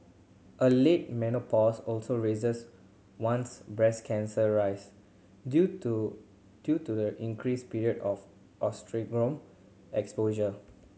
a late menopause also raises one's breast cancer rise due to due to the increased period of oestrogen exposure